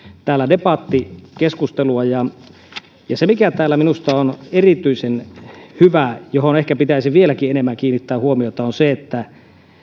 täällä debattikeskustelua ja se mikä täällä minusta on erityisen hyvää ja johon ehkä pitäisi vieläkin enemmän kiinnittää huomiota on se että